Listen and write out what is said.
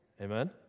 Amen